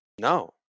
No